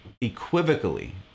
equivocally